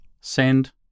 send